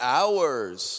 hours